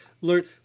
learn –